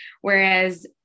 Whereas